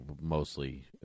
mostly